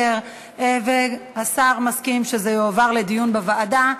לסדר-היום והשר מסכים שזה יועבר לדיון בוועדה,